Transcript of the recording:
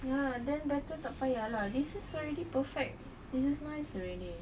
ya then better tak payah lah this is already perfect this is nice already